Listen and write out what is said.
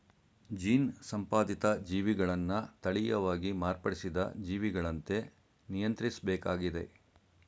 gene ಸಂಪಾದಿತ ಜೀವಿಗಳನ್ನ ತಳೀಯವಾಗಿ ಮಾರ್ಪಡಿಸಿದ ಜೀವಿಗಳಂತೆ ನಿಯಂತ್ರಿಸ್ಬೇಕಾಗಿದೆ